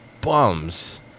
bums